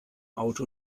auto